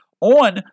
on